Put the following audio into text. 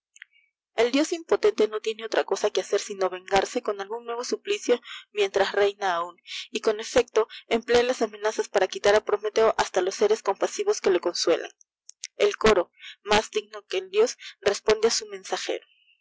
el dios impotente no tiene otra cosa que hacer sino vengarse con algun nuevo suplicio mientras reina aun y con efecto emplea las amenazas para quitar ti prometeo hasta los aéres compasivos que le consuelan el coro mas digno que el dios responde á su mensajero